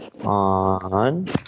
on